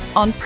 on